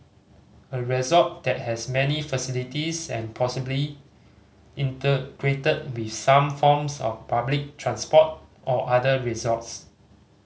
a resort that has many facilities and possibly integrated with some forms of public transport or other resorts